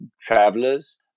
travelers